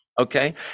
okay